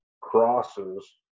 crosses